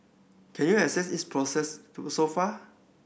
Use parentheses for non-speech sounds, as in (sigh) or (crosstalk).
can you assess its progress (unintelligible) so far